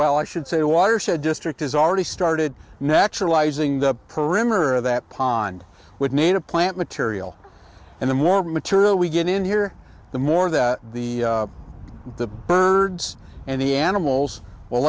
well i should say watershed district has already started naturalizing the perimeter of that pond with native plant material and the more material we get in here the more that the the birds and the animals will